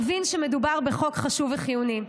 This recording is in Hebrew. מבין שמדובר בחוק חשוב וחיוני.